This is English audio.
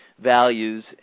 values